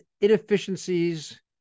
inefficiencies